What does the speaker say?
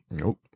Nope